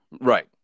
right